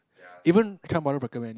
even Chan-Brother recommend it